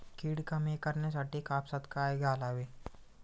कीड कमी करण्यासाठी कापसात काय घालावे?